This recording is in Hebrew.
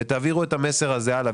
ותעבירו את המסר הזה הלאה,